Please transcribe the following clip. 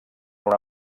una